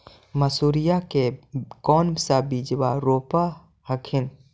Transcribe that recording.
मसुरिया के कौन सा बिजबा रोप हखिन?